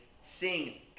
sing